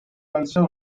also